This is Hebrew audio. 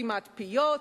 סתימת פיות,